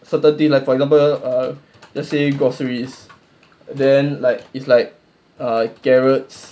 saturday like for example err let's say groceries then err like it's like err carrots